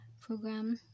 program